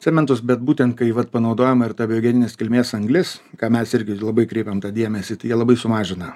segmentus bet būtent kai vat panaudojama ir ta biogeninės kilmės anglis į ką mes irgi labai kreipiam tą dėmesį jie labai sumažina